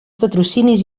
patrocinis